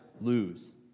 lose